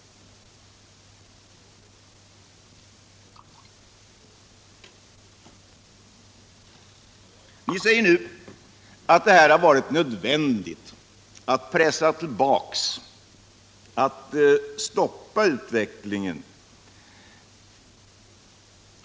Ni säger nu att det har varit nödvändigt att pressa tillbaka, att stoppa utvecklingen.